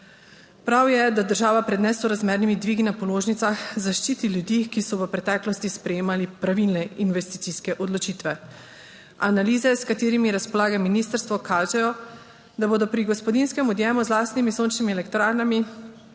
Prav je, da država pred nesorazmernimi dvigi na položnicah zaščiti ljudi, ki so v preteklosti sprejemali pravilne investicijske odločitve. Analize, s katerimi razpolaga ministrstvo kažejo, da bodo pri gospodinjskem odjemu z lastnimi sončnimi elektrarnami